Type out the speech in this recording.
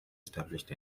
established